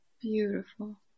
beautiful